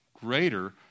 greater